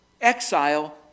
exile